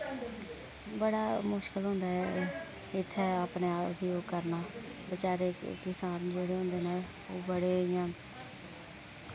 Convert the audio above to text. बड़ा मुश्कल होंदा ऐ इत्थै अपने आप ही ओह् करना बचारे किसान जेह्ड़े होंदे न ओह् बड़े इयां